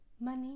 Money